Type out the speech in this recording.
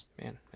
Man